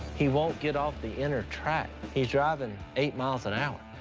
he won't get off the inner track. he's driving eight miles an hour.